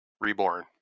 Reborn